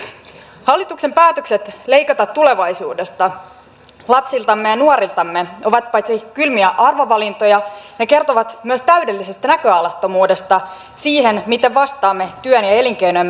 paitsi että hallituksen päätökset leikata tulevaisuudesta lapsiltamme ja nuoriltamme ovat kylmiä arvovalintoja ne myös kertovat täydellisestä näköalattomuudesta siihen miten vastaamme työn ja elinkeinojemme rakennemuutokseen